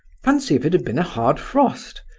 fancy if it had been a hard frost!